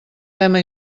tema